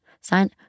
Sign